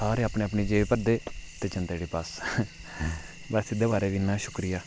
सारे अपनी अपनी जेब भरदे ते जंदे उठी बस ते बस एह्दै बारै च बी इन्ना गै शुक्रिया